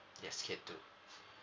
yes get to